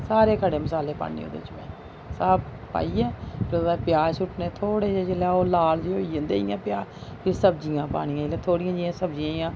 सारे खड़े मसाले पान्नी ओह्दे च मेंसब पाइयै फ्ही ओह्दे बाद प्याज सुट्टने थोह्ड़े जेह् इ'यां जिस बेल्लै ओह् लाल जेह् होई जंदे इ'यां प्याज फ्ही सब्जियां पानियां जिस बेल्नै थोह्ड़ियां जेहियां सब्जियां जि'यां